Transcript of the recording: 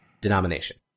denomination